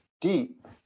deep